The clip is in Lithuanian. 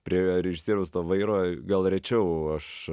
prie režisieriaus vairo gal rečiau aš